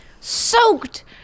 soaked